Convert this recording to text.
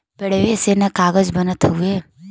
पेड़वे से त कागज बनत हउवे